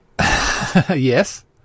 Yes